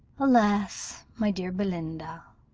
alas! my dear belinda,